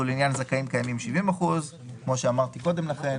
ולעניין זכאים קיימים 70%; כמו שאמרתי קודם לכן,